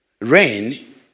rain